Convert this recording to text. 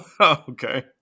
Okay